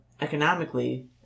economically